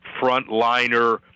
frontliner